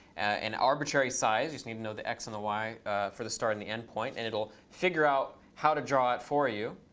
an arbitrary size. you just need to know the x and the y for the start and the end point. and it'll figure out how to draw it for you.